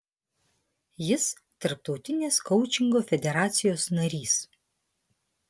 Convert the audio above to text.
jis tarptautinės koučingo federacijos narys